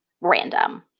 random